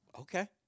Okay